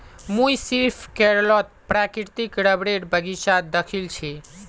मुई सिर्फ केरलत प्राकृतिक रबरेर बगीचा दखिल छि